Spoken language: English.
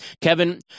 Kevin